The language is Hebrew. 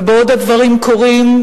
ובעוד הדברים קורים,